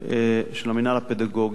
של המינהל הפדגוגי,